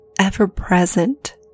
ever-present